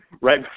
right